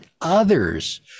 others